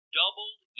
doubled